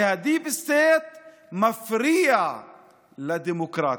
שה- deep stateמפריעה לדמוקרטיה.